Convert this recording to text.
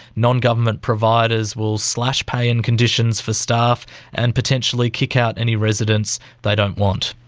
non-government providers will slash pay and conditions for staff and potentially kick out any residents they don't want.